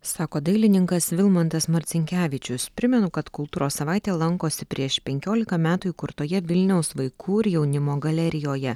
sako dailininkas vilmantas marcinkevičius primenu kad kultūros savaitė lankosi prieš penkiolika metų įkurtoje vilniaus vaikų ir jaunimo galerijoje